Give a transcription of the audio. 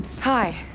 Hi